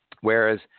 Whereas